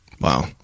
Wow